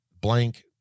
blank